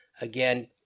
again